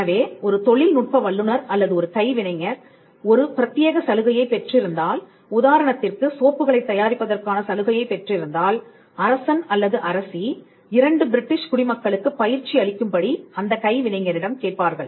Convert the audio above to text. எனவே ஒரு தொழில்நுட்ப வல்லுநர் அல்லது ஒரு கைவினைஞர் ஒரு பிரத்தியேக சலுகையைப் பெற்றிருந்தால் உதாரணத்திற்கு சோப்புகளைத் தயாரிப்பதற்கான சலுகை யைப் பெற்றிருந்ததால் அரசன் அல்லது அரசி 2 பிரிட்டிஷ் குடிமக்களுக்குப் பயிற்சி அளிக்கும் படி அந்த கைவினைஞரிடம் கேட்பார்கள்